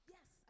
Yes